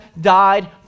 died